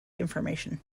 information